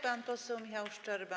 Pan poseł Michał Szczerba.